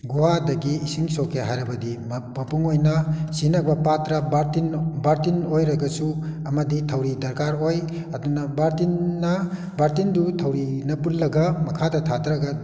ꯒꯨꯍꯥꯗꯒꯤ ꯏꯁꯤꯡ ꯁꯣꯛꯀꯦ ꯍꯥꯏꯔꯕꯗꯤ ꯃꯄꯨꯡ ꯑꯣꯏꯅ ꯁꯤꯖꯤꯟꯅꯕ ꯄꯥꯇ꯭ꯔ ꯕꯥꯔꯇꯤꯟ ꯕꯥꯔꯇꯤꯟ ꯑꯣꯏꯔꯒꯁꯨ ꯑꯃꯗꯤ ꯊꯧꯔꯤ ꯗꯔꯀꯥꯔ ꯑꯣꯏ ꯑꯗꯨꯅ ꯕꯥꯔꯇꯤꯟꯅ ꯕꯥꯔꯇꯤꯟꯗꯨ ꯊꯧꯔꯤꯅ ꯄꯨꯜꯂꯒ ꯃꯈꯥꯗ ꯊꯥꯗꯔꯒ